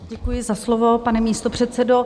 Děkuji za slovo, pane místopředsedo.